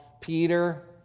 Peter